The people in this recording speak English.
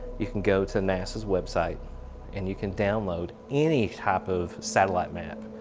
you can go to nasa's website and you can download any type of satellite map.